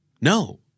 No